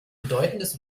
bedeutendes